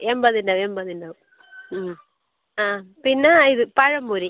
എൺപതിൻ്റെ എൺപതിൻ്റെ ആ പിന്നെ ഇത് പഴംപൊരി